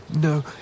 No